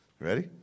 Ready